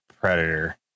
Predator